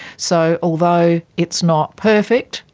so although it's not perfect,